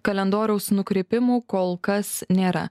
kalendoriaus nukrypimų kol kas nėra